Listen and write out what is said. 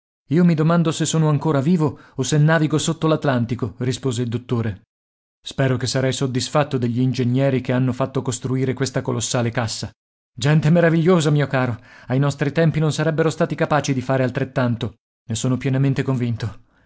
io mi domando se sono ancora vivo o se navigo sotto l'atlantico rispose il dottore spero che sarai soddisfatto degli ingegneri che hanno fatto costruire questa colossale cassa gente meravigliosa mio caro ai nostri tempi non sarebbero stati capaci di fare altrettanto ne sono pienamente convinto